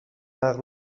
عقل